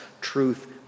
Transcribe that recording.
truth